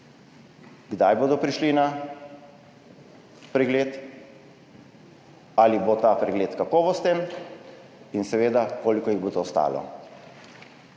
kdaj bodo prišli na pregled, ali bo ta pregled kakovosten in seveda koliko jih bo to stalo?